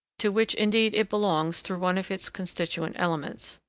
to which indeed it belongs through one of its constituent elements.